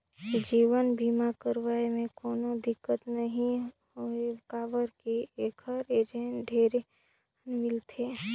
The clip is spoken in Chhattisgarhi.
जीवन बीमा करवाये मे कोनो दिक्कत नइ हे काबर की ऐखर एजेंट ढेरे झन मिलथे